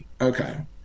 Okay